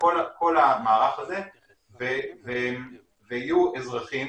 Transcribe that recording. כל המערך הזה ויהיו אזרחים